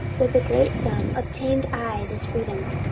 with a great sum obtained i this freedom.